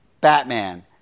Batman